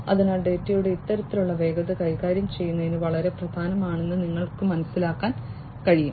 അതിനാൽ ഡാറ്റയുടെ ഇത്തരത്തിലുള്ള വേഗത കൈകാര്യം ചെയ്യുന്നത് വളരെ പ്രധാനമാണെന്ന് നിങ്ങൾക്ക് മനസ്സിലാക്കാൻ കഴിയും